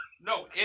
No